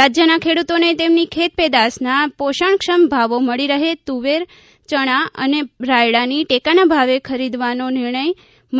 રાજ્યના ખેડૂતોને તેમની ખેતપેદાશના પોષણક્ષમ ભાવો મળી રહે તુવેર ચણા અને રાયડાની ટેકાના ભાવે ખરીદવાનો નિર્ણય